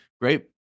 Great